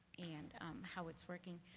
and how it's working